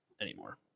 anymore